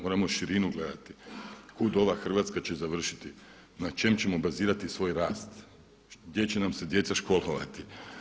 Moramo širinu gledati, kuda ova Hrvatska će završiti, na čemu ćemo bazirati svoj rast, gdje će nam se djeca školovati.